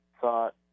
thought